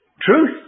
truth